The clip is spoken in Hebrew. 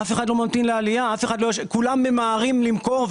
אף אחד לא ממתין לעלייה; כולם ממהרים למכור.